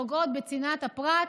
וזה שנה אחר שנה אחר שנה,